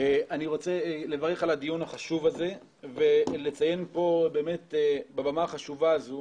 אני רוצה לברך על הדיון החשוב הזה ולציין פה באמת בבמה החשובה הזו